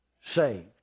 saved